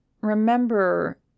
Remember